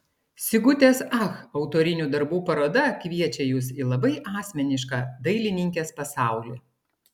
sigutės ach autorinių darbų paroda kviečia jus į labai asmenišką dailininkės pasaulį